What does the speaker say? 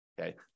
Okay